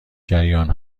جریان